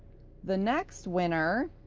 the next winner